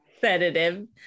sedative